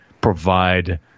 provide